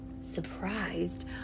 surprised